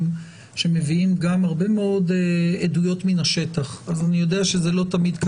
שמביאים הרבה מאוד עדויות מן השטח ואני יודע שלא תמיד זה